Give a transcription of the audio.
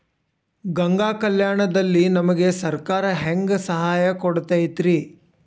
ಗಂಗಾ ಕಲ್ಯಾಣ ದಲ್ಲಿ ನಮಗೆ ಸರಕಾರ ಹೆಂಗ್ ಸಹಾಯ ಕೊಡುತೈತ್ರಿ?